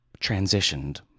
transitioned